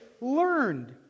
learned